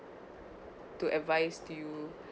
to advise to you